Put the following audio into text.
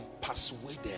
persuaded